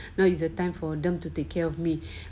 now it's a time for them to take care of me